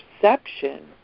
perception